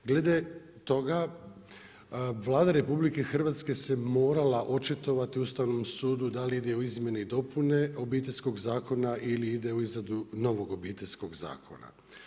Glede toga, Vlada RH, se je morala očitovati Ustavnom sudu, da li ide u izmjene i dopune obiteljskog zakona ili ide u izradu novog obiteljskog zakona.